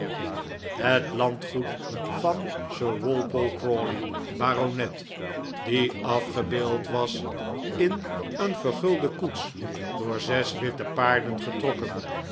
het landgoed van sir walpole crawley baronet die afgebeeld was in een vergulde koets door zes witte paarden getrokken